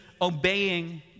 obeying